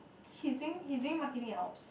she's doing he's doing marketing and ops